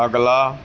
ਅਗਲਾ